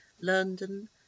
London